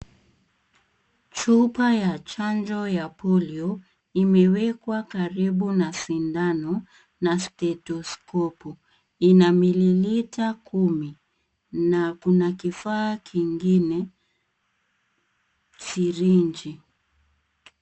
Chupa ya chanjo ya polio imewekwa karibu na sindano na stetoskopu. Ina mililita kumi na kuna kifaa kingine sirinji.